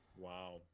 Wow